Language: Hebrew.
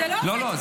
זה לא עובד ככה.